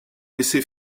laissé